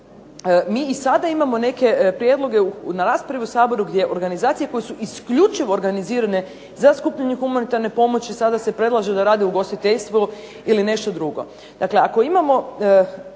Mi i sada imamo neke prijedloge na raspravi u Saboru gdje organizacije koje su isključivo organizirane za skupljanje humanitarne pomoći sada se predlaže da rade u ugostiteljstvu ili nešto drugo. Dakle, ako imamo